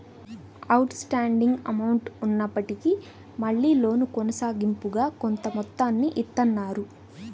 out standing amount ఉన్నప్పటికీ మళ్ళీ loan కొనసాగింపుగా కొంత మొత్తాన్ని ఇత్తన్నారు